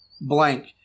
blank